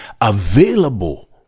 available